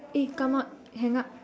eh come out hang up